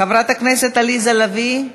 חברת הכנסת עליזה לביא,